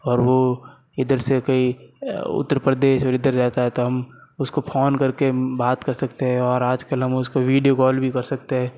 और वो इधर से कई उत्तर प्रदेश इधर रहता था हम उसको फ़ोन करके बात कर सकते है और आज कल हम उसको वीडियो कॉल भी कर सकते है